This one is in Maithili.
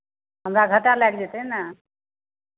हमरा घाटा लागि जेतै ने